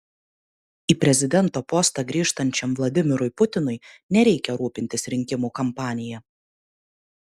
į prezidento postą grįžtančiam vladimirui putinui nereikia rūpintis rinkimų kampanija